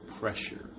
Pressure